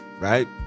right